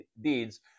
deeds